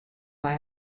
mei